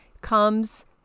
comes